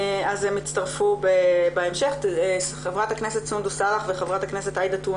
הן יצטרפו בהמשך, ח"כ סונדוס סאלח וח"כ עאידה תומא